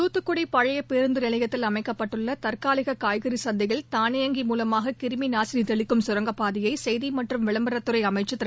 தூத்துக்குடி பழைய பேருந்து நிலையத்தில் அமைக்கப்பட்டுள்ள தற்காலிக காய்கறி சந்தையில் தானியங்கி மூலமாக கிருமி நாசினி தெளிக்கும் கரங்கப்பாதையை செய்தி மற்றும் விளம்பரத்துறை அமைச்சா் திரு